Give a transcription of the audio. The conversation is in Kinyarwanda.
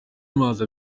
amazi